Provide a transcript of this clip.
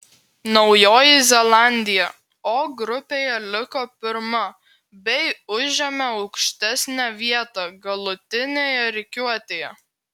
naujoji zelandija o grupėje liko pirma bei užėmė aukštesnę vietą galutinėje rikiuotėje